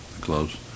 close